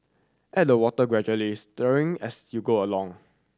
add the water gradually stirring as you go along